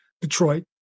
Detroit